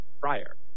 prior